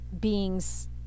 being's